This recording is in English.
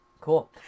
Cool